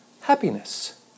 happiness